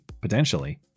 potentially